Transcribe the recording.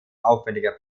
aufwendiger